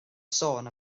sôn